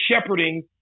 shepherding